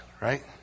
right